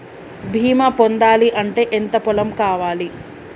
బీమా పొందాలి అంటే ఎంత పొలం కావాలి?